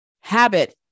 habit